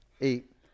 eight